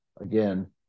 again